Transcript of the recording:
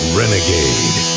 renegade